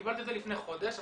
קיבלתי לפני חודש,